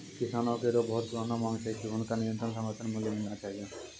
किसानो केरो बहुत पुरानो मांग छै कि हुनका न्यूनतम समर्थन मूल्य मिलना चाहियो